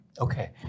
okay